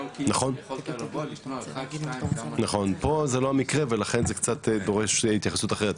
נכון, פה זה לא המקרה ולכן זה דורש התייחסות אחרת.